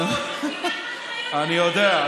אני יודע,